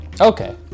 okay